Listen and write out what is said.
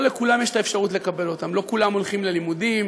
לא לכולם יש אפשרות לקבל אותם: לא כולם הולכים ללימודים,